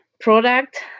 product